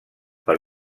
per